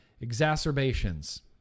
exacerbations